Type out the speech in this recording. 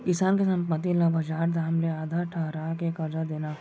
किसान के संपत्ति ल बजार दाम ले आधा ठहरा के करजा देना